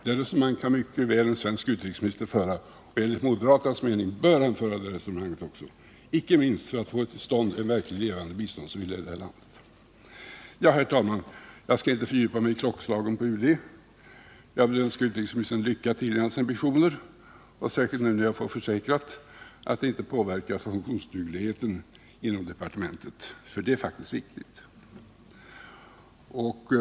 Det resonemanget kan en svensk utrikesminister mycket väl föra, och enligt moderaternas mening bör han också göra det, icke minst för att få till stånd en verkligt levande biståndsvilja i det här landet. Herr talman! Jag skall inte fördjupa mig i klockslagen på UD. Jag önskar utrikesministern lycka till i hans ambitioner och hoppas att detta inte kommer att påverka funktionsdugligheten inom departementet. Det är faktiskt viktigt.